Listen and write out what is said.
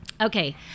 Okay